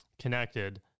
connected